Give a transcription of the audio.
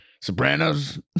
Sopranos